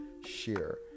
share